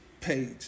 page